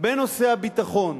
בנושא הביטחון,